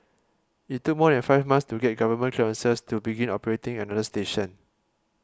it took more than five months to get government clearances to begin operating another station